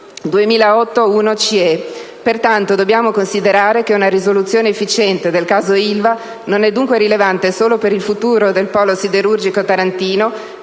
2008/1/CE. Dobbiamo considerare che una risoluzione efficiente del caso Ilva non è dunque rilevante solo per il futuro dei polo siderurgico tarantino,